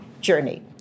journey